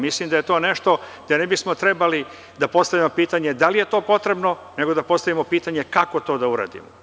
Mislim da to ne bismo trebali da postavljamo pitanje da li je to potrebno, nego da postavimo pitanje kako to da uradimo.